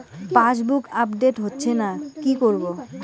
Passbook update হচ্ছেনা কি করবো?